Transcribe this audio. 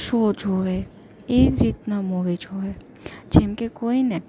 show જુએ એ જ રીતનાં મૂવી જુએ જેમકે કોઈને